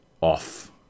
off